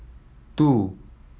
two